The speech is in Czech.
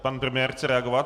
Pan premiér chce reagovat.